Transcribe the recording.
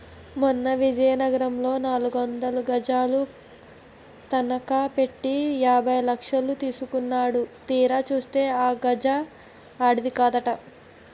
మొన్న విజయనగరంలో నాలుగొందలు గజాలు తనఖ పెట్టి యాభై లక్షలు తీసుకున్నాడు తీరా చూస్తే ఆ జాగా ఆడిది కాదట